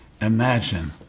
imagine